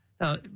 Now